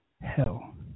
hell